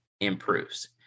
improves